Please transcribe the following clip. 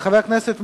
חבר הכנסת מולה,